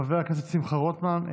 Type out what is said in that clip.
חבר הכנסת שמחה רוטמן,